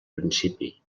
principi